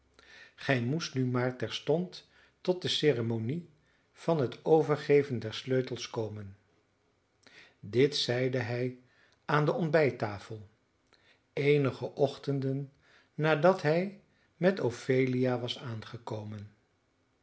gij moest nu maar terstond tot de ceremonie van het overgeven der sleutels komen dit zeide hij aan de ontbijttafel eenige ochtenden nadat hij met ophelia was aangekomen